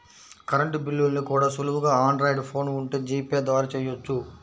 current బిల్లుల్ని కూడా సులువుగా ఆండ్రాయిడ్ ఫోన్ ఉంటే జీపే ద్వారా చెయ్యొచ్చు